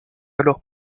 alors